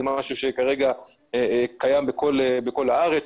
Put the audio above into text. זה משהו שכרגע קיים בכל הארץ.